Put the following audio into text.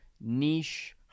niche